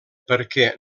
perquè